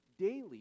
daily